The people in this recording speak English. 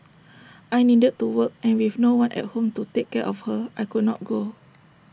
I needed to work and with no one at home to take care of her I could not go